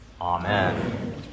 Amen